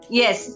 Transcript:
yes